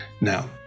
Now